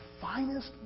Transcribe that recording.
finest